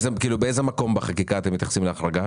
באיזה מקום בחקיקה אתם מתייחסים לחקיקה?